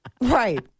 Right